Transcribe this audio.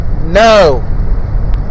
no